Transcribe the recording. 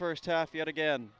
first half yet again